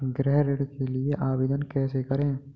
गृह ऋण के लिए आवेदन कैसे करें?